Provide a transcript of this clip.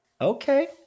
Okay